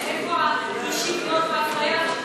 מאיפה האי-שוויון והאפליה האלה?